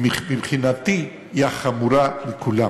שמבחינתי היא החמורה מכולן.